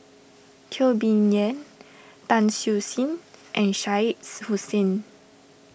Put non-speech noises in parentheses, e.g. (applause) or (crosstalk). Teo Bee Yen (noise) Tan Siew Sin and Shah Hussain